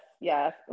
yes